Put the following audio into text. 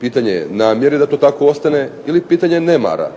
pitanje namjere da to tako ostane ili pitanje nemara.